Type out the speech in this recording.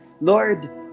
Lord